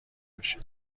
بشه